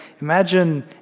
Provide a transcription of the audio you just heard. imagine